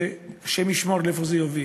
שהשם ישמור לאיפה זה יוביל.